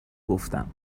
گفتم